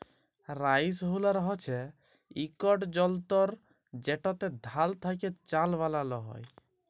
rice huller হছে ইকট যল্তর যেটতে ধাল থ্যাকে চাল বালাল হ্যয়